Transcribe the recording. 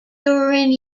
touring